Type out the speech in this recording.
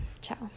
ciao